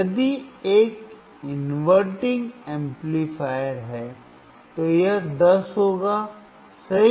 यदि यह एक इन्वर्टिंग एम्पलीफायर है तो यह 10 होगा सही